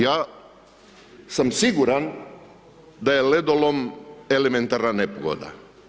Ja sam siguran da je ledolom elementarna nepogoda.